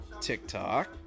TikTok